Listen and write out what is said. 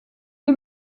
est